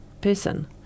person